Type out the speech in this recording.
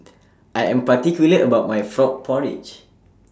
I Am particular about My Frog Porridge